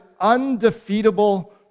undefeatable